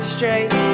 straight